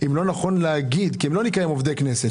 הם לא נקראים עובדי כנסת.